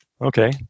Okay